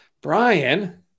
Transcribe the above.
Brian